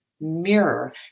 mirror